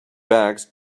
bags